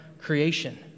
creation